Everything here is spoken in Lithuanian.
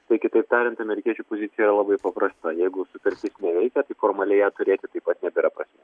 tai kitaip tariant amerikiečių pozicija yra labai paprasta jeigu sutartis neveikia tai formaliai ją turėti taip pat nebėra prasmės